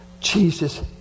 Jesus